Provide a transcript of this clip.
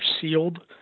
sealed